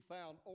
found